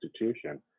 institution